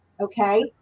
Okay